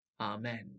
Amen